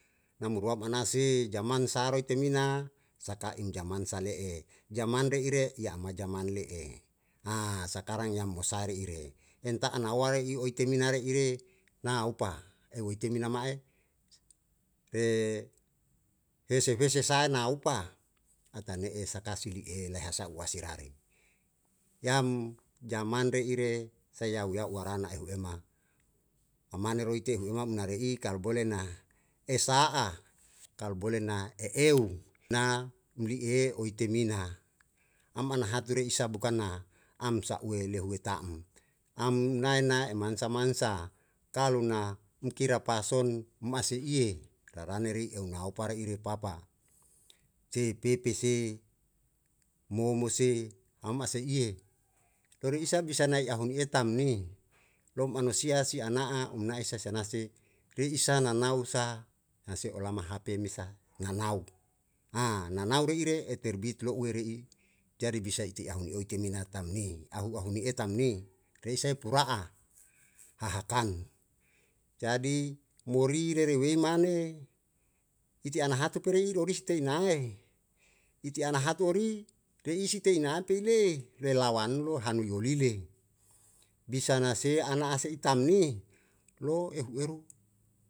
Nam ruam ana sei jaman sa re eteimina saka im jaman sa le'e jaman re ire ya'ma jaman le'e sakarang ya mosa re'ire enta ana ware i oetemina re ire na a upa, eu ite mina ma'e hese hese sae na upa ata ne'e saka sili e leha sa uasi rare yam jaman re'ire sa yau ya'u warana ehu ema amane ro ite hu emamna remi kal bole na esa'a kal bole na e'eu na mli'i e oi temina aman hatu re isa bukanna amsa'ue lehue ta'am am nae nae emansa mansa kalu na umkira pa son mase ie rara neri eu nau pare ire papa te pepese momose ama sei'e ure isa bisa nae ahon ie tam ni lou mansia sia na'a um na'e sasanasi re isa nanau sa se ola hape mesa nanau ha nanau reire e terbit lo'u we re'i jadi bisa ite ahun o etemina tamni ahu ahu ni'e tamni reise pura'a ahakan jadi muri rere wei mane ite ana hatu pure'i rou res te inae iti ana hatu ori re'i site ina am peile lelawan lo hanu yo lile bisa nase ana ase'i tam ni lo ehu eru.